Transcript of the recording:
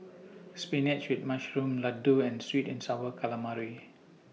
Spinach with Mushroom Laddu and Sweet and Sour Calamari